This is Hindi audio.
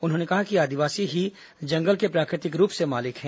उन्होंने कहा कि आदिवासी ही जंगल के प्राकृतिक रूप से मालिक हैं